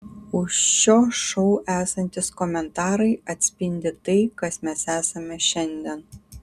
už šio šou esantys komentarai atspindi tai kas mes esame šiandien